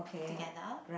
together